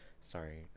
Sorry